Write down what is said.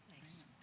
Nice